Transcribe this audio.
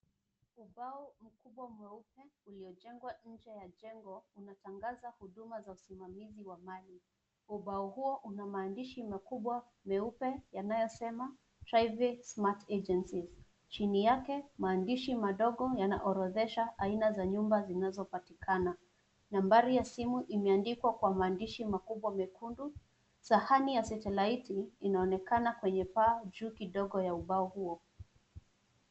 Ubao mkubwa mweupe uliojengwa nje ya jengo unatangaza huduma za usimamizi wa mali. Ubao huo una maandishi makubwa meupe yanayosema Private Smart Agencies chini yake maandishi madogo yanaorodhesha aina za nyumba zinazopatikana, nambari ya simu imeandikwa kwa maandishi makubwa mekundu, sahani ya satelaiti inaonekana kwenye paa juu kidogo ya ubao huo.